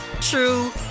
true